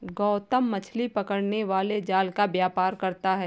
गौतम मछली पकड़ने वाले जाल का व्यापार करता है